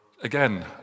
again